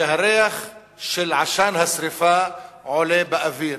והריח של עשן השרפה עולה באוויר,